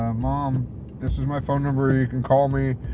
ah mom, this is my phone number, you can call me.